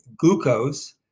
glucose